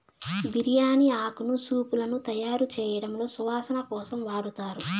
బిర్యాని ఆకును సూపులను తయారుచేయడంలో సువాసన కోసం వాడతారు